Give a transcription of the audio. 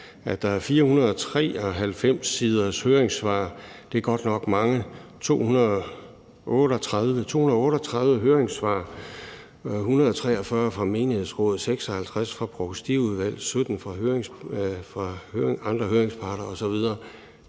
at der er 493 siders høringssvar, og det er godt nok mange. Der er 238 høringssvar – 143 fra menighedsråd, 56 fra provstiudvalg, 17 fra andre høringsparter osv.